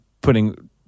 putting